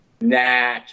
nah